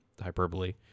hyperbole